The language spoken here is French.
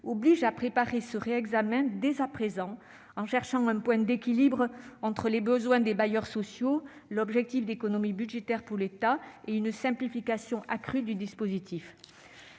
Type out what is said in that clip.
oblige à préparer ce réexamen dès à présent, en cherchant un point d'équilibre entre les besoins des bailleurs sociaux, l'objectif d'économies budgétaires pour l'État et la nécessaire simplification du dispositif.